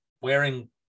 wearing